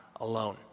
alone